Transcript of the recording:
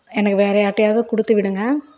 எனக்கு வேறு யார்கிட்டையாவது கொடுத்து விடுங்க